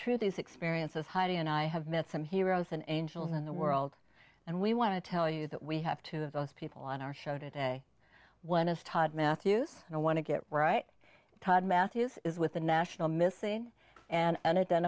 these experiences heidi and i have met some heroes and angels in the world and we want to tell you that we have two of those people on our show today one is todd matthews and i want to get right todd matthews is with the national missing and